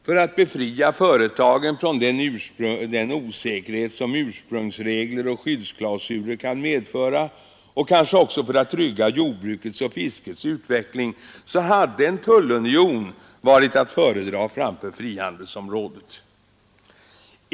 För att befria företagen från den osäkerhet som ursprungsregler och skyddsklausuler kan medföra och kanske också för att trygga jordbrukets och fiskets utveckling, hade en tullunion varit att föredra framför frihandelsområdet.